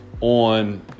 on